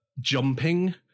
jumping